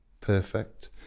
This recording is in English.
perfect